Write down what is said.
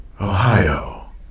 Ohio